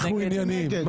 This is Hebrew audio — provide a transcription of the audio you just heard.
אנחנו ענייניים.